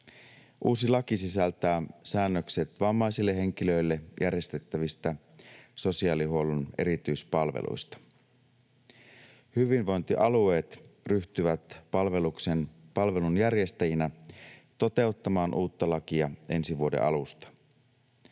Uusi laki sisältää säännökset vammaisille henkilöille järjestettävistä sosiaalihuollon erityispalveluista. Hyvinvointialueet ryhtyvät palvelun järjestäjinä toteuttamaan uutta lakia ensi vuoden alusta.